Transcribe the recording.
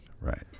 Right